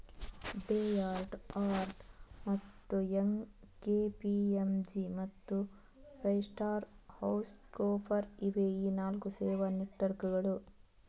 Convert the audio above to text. Deloitte, Ernst ಮತ್ತು Young, KPMG ಮತ್ತು PricewaterhouseCoopers ಇವೇ ಆ ನಾಲ್ಕು ಸೇವಾ ನೆಟ್ವರ್ಕ್ಕುಗಳು